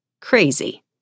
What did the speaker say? Crazy